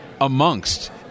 amongst